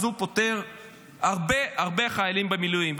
אז הוא פוטר הרבה הרבה חיילים במילואים,